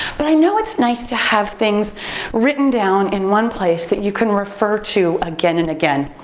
but i know it's nice to have things written down in one place that you can refer to again and again.